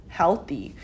healthy